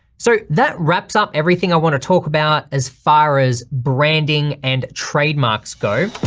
so that wraps up everything i wanna talk about as far as branding and trademarks go.